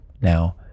Now